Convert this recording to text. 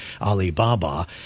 Alibaba